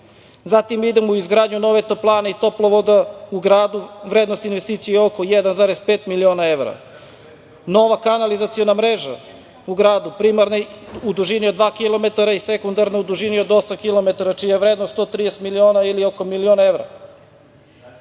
Zatim idemo u izgradnju nove toplane i toplovoda u gradu, vrednost investicije je oko 1,5 miliona evra. Nova kanalizaciona mreža u gradu, primarna, u dužni od 2km i sekundarna u dužini od 8km, čija je vrednost 130.000.000 ili oko milion